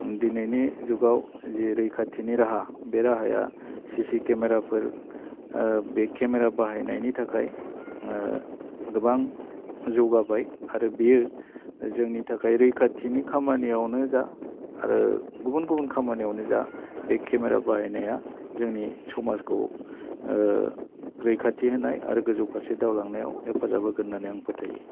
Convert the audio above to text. दिनैनि जुगाव जे रैखाथिनि राहा बे राहाया सि सि केमेराफोर बे केमेरा बाहायनायनि थाखाय गोबां जौगाबाय आरो बेयो जोंनि थाखाय रैखाथिनि खामानियावनो जा आरो गुबुन गुबुन खामानियावनो जा बे केमेरा बाहायनाया जोंनि समाजखौ रैखाथि होनाय आरो गोजौ फारसे दावलांनायाव हेफाजाब होगोन होन्नानै आं फोथायो